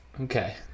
Okay